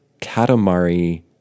Katamari